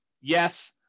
Yes